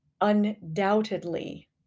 undoubtedly